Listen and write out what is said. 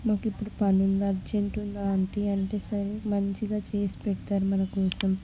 నాకు ఇప్పుడు పని ఉంది అర్జెంట్ ఉంది ఆంటీ అంటే సరే మంచిగా చేసి పెడతారు మనకోసం